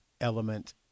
element